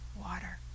water